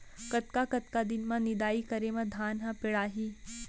कतका कतका दिन म निदाई करे म धान ह पेड़ाही?